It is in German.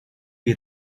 wir